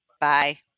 Bye